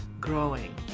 growing